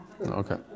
Okay